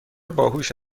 باهوش